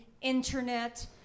internet